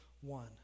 one